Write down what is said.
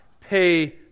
Pay